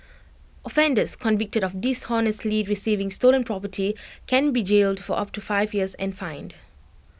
offenders convicted of dishonestly receiving stolen property can be jailed for up to five years and fined